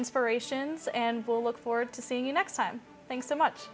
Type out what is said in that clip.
inspirations and we'll look forward to seeing you next time thanks so much